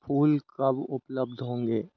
फूल कब उपलब्ध होंगे